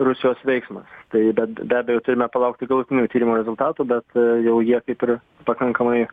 rusijos veiksmas tai bet be abejo turime palaukti galutinių tyrimo rezultatų bet jau jie kaip ir pakankamai